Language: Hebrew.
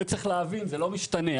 זה צריך להבין, זה לא משתנה.